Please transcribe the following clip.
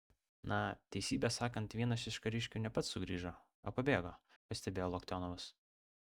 na teisybę sakant vienas iš kariškių ne pats sugrįžo o pabėgo pastebėjo loktionovas